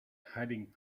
hiding